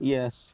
Yes